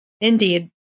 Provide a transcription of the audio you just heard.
Indeed